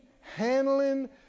handling